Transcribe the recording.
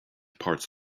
parts